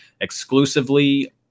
exclusively